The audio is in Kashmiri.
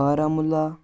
بارہمولہ